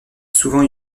souvent